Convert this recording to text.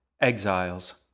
Exiles